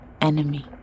enemy